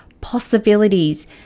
possibilities